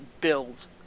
build